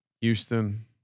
Houston